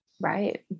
Right